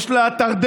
יש לה תרדמת.